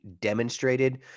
demonstrated